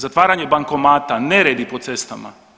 Zatvaranje bankomata, neredi po cestama.